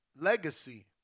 legacy